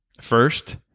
first